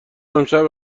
امشب